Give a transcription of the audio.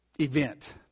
event